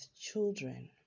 children